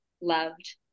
loved